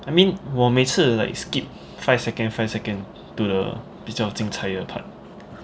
I mean 我每次 like skip five second five second to the 比较精彩的 part